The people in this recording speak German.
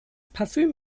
parfüm